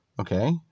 okay